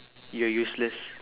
you're useless